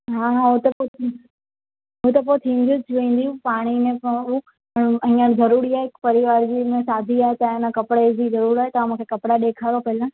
हा हा हू त पोइ हू त पोइ थींदियूं वेंदियूं पाणे ई उ हींअर ज़रूरी आहे हिक परिवार जी में शादी आहे त आहे न कपिड़े जी ज़रूरत आहे मूंखे कपिड़ा ॾेखारियो पहिला